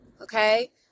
Okay